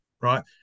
Right